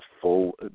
full